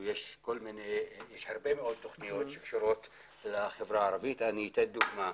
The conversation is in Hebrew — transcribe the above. יש הרבה מאוד תוכניות שקשורות לחברה הערבית ואני אתן דוגמה.